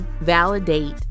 validate